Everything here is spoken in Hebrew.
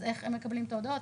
אז איך הם מקבלים את ההודעות?